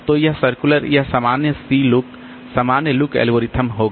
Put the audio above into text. तो यह सर्कुलर यह सामान्य सी लुक सामान्य लुक एल्गोरिथ्म होगा